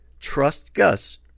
TrustGus